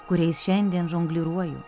kuriais šiandien žongliruoju